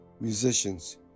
Musicians